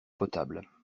potable